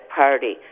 Party